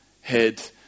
head